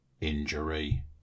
injury